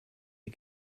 ihr